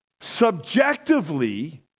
Subjectively